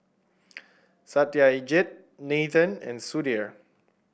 Satyajit Nathan and Sudhir